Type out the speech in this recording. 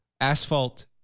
asphalt